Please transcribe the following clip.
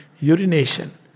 urination